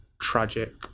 tragic